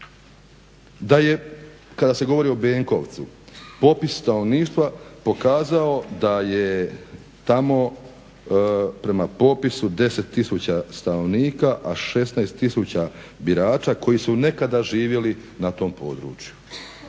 "Da je kada se govori o Benkovcima popis stanovništva pokazao da je tamo prema popisu 10 tisuća stanovnika, a 16 tisuća birača koji su nekada živjeli na tom području",